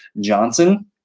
Johnson